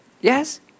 Yes